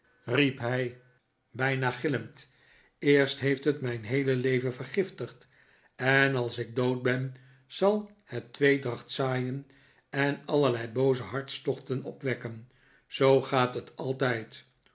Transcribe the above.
riep hij bijna gillend eerst heeft het mijn heele leven vergiftigd en als ik dood ben zal het tweedracht zaaien en allerlei booze hartstochten opwekken zoo gaat het altijd